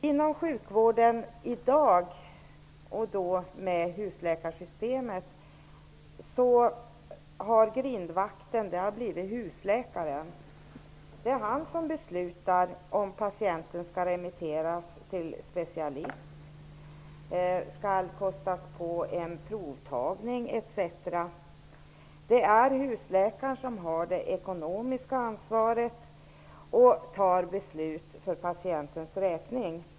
Inom sjukvården i dag är det husläkaren som har blivit grindvakten. Det är han som beslutar om patienten skall remitteras till en specialist, om patienten skall kostas på en provtagning etc. Det är husläkaren som har det ekonomiska ansvaret och fattar beslut för patientens räkning.